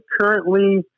currently